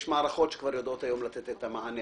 היום יש מערכות שכבר יודעות לתת מענה.